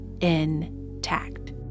intact